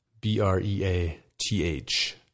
B-R-E-A-T-H